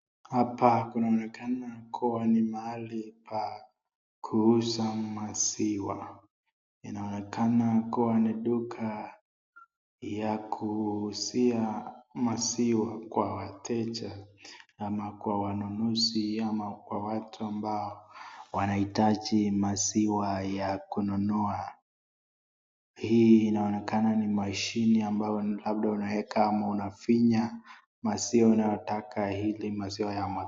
Hapa kunaonekana kuwa ni mahali pa kuuza maziwa. Inaonekana kuwa ni duka ya kuuzia maziwa kwa wateja ama kwa wanunuzi ama kwa watu ambao wanahitaji maziwa ya kununua. Hii inaonekana ni mashini ambayo labda unaweka ama unafinya maziwa unayotaka ili maziwa yame.